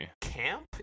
camp